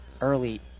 early